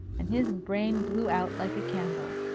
and his brain blew out like a candle,